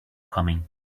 coming